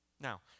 Now